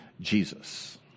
Jesus